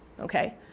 okay